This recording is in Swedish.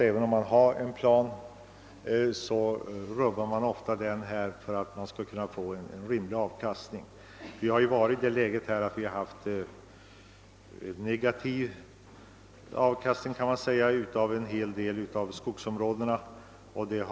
Även om man har en plan rubbar man ofta denna för att kunna få en rimlig avkastning. Vi har varit i det läget att avkastningen av en hel del skogsområden varit negativ.